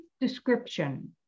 description